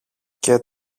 και